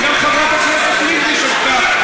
וגם חברת הכנסת לבני שגתה,